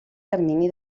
termini